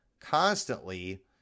constantly